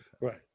Right